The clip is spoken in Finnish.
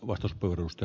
herra puhemies